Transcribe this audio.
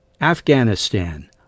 Afghanistan